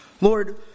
Lord